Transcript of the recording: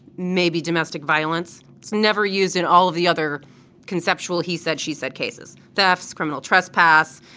maybe domestic violence. it's never used in all of the other conceptual, he said. she said cases, thefts, criminal trespass.